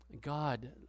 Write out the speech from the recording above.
God